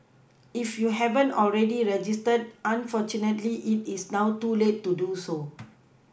if you haven't already registered unfortunately it is now too late to do so